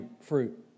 fruit